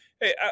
hey